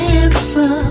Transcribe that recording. answer